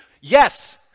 Yes